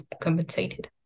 compensated